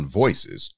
voices